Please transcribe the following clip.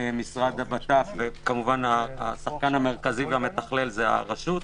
משרד הבט"פ וכמובן השחקן המרכזי והמתכלל הוא הרשות.